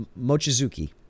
Mochizuki